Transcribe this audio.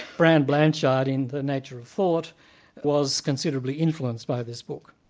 brand blanchard, in the nature of thought was considerably influenced by this book.